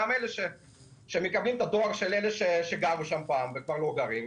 גם אלה שמקבלים את הדואר של אלה שגרו באותה דירה וכבר לא גרים,